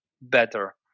better